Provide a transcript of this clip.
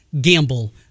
gamble